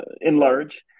enlarge